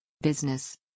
Business